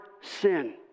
sin